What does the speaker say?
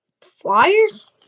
Flyers